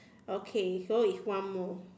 okay so it's one more